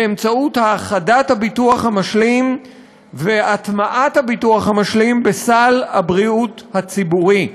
באמצעות האחדת הביטוח המשלים והטמעת הביטוח המשלים בסל הבריאות הציבורי,